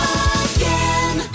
again